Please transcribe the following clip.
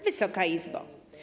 Wysoka Izbo!